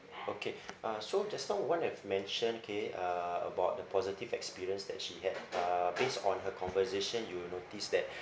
okay uh so just now Wan have mention okay uh about the positive experience that she had uh based on her conversation you will notice that